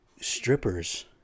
strippers